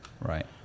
Right